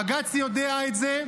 בג"ץ יודע את זה.